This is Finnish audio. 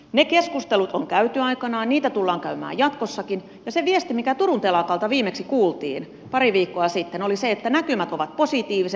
ne keskustelut on käyty aikanaan niitä tullaan käymään jatkossakin ja se viesti mikä turun telakalta viimeksi kuultiin pari viikkoa sitten oli se että näkymät ovat positiiviset